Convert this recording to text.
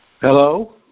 Hello